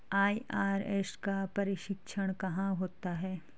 IRS का प्रशिक्षण कहाँ होता है?